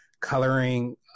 coloring